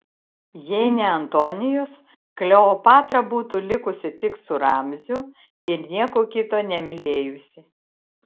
jei ne antonijus kleopatra būtų likusi tik su ramziu ir nieko kito nemylėjusi